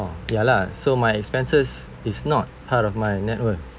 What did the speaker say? ya lah so my expenses is not part of my net worth